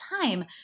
time